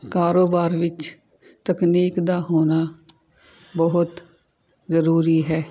ਕਾਰੋਬਾਰ ਵਿੱਚ ਤਕਨੀਕ ਦਾ ਹੋਣਾ ਬਹੁਤ ਜ਼ਰੂਰੀ ਹੈ